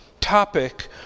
topic